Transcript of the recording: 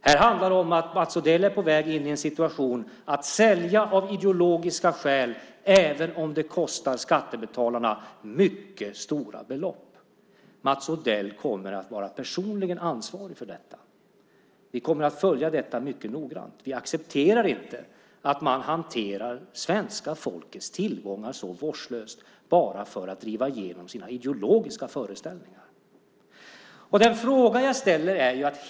Här handlar det om att Mats Odell är på väg att sälja av ideologiska skäl även om det kostar skattebetalarna mycket stora belopp. Mats Odell kommer att vara personligen ansvarig för detta. Vi kommer att följa detta mycket noggrant. Vi accepterar inte att man hanterar svenska folkets tillgångar så vårdslöst bara för att driva igenom sina ideologiska föreställningar.